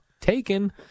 taken